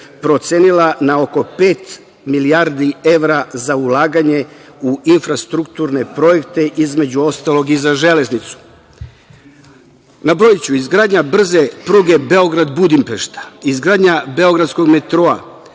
procenila na oko pet milijardi evra za ulaganje u infrastrukturne projekte, između ostalog i za „Železnicu“.Nabrojiću: izgradnja brze pruge Beograd – Budimpešta, izgradnja beogradskom metroa,